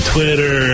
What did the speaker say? Twitter